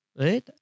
Right